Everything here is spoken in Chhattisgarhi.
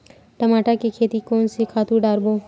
टमाटर के खेती कोन से खातु डारबो?